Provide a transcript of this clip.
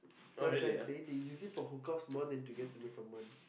you trying to say they use it for hook ups more than to get to the someone